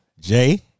jay